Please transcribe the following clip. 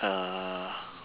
uh